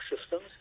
systems